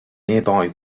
nearby